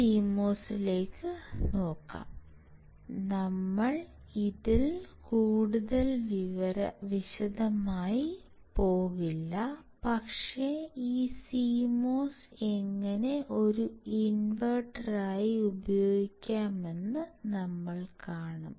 ഞങ്ങൾ ഇതിൽ കൂടുതൽ വിശദമായി പോകില്ല പക്ഷേ ഈ CMOS എങ്ങനെ ഒരു ഇൻവെർട്ടറായി ഉപയോഗിക്കാമെന്ന് ഞങ്ങൾ കാണും